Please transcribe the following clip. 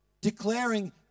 declaring